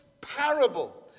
parable